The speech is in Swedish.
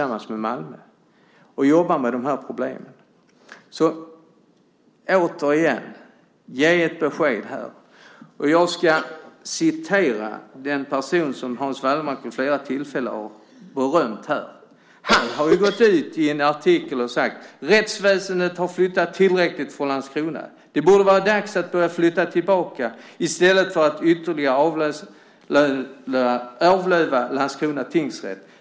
Man jobbar med de problemen. Återigen: Ge ett besked här! Jag ska citera den person som Hans Wallmark vid flera tillfällen har berömt här. Han har sagt i en artikel: "Rättsväsendet har flyttat tillräckligt från Landskrona. Det borde vara dags att börja flytta tillbaka, i stället för att ytterligare avlöva Landskrona."